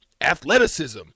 athleticism